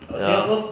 ya